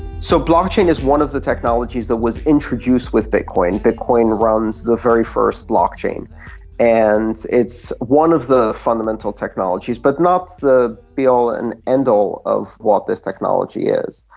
so blockchain is one of the technologies that was introduced with bitcoin. bitcoin runs the very first blockchain, and it's one of the fundamental technologies but not the be-all and end-all of what this technology is.